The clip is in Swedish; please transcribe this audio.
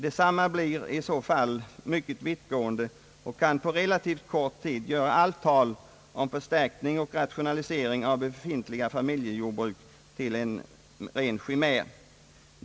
Dessa blir i så fall mycket vittgående och kan på relativt kort tid göra allt tal om förstärkning och rationalisering av befintliga familjejordbruk mer eller mindre till en chimär.